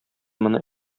моны